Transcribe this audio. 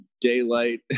daylight